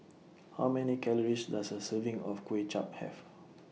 How Many Calories Does A Serving of Kuay Chap Have